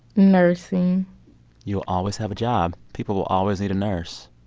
nursing you'll always have a job. people will always need a nurse